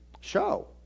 Show